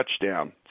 touchdown